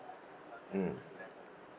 mm